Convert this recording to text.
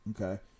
Okay